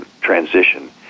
transition